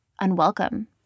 unwelcome